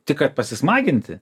tik kad pasismaginti